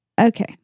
okay